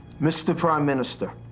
mr. prime minister,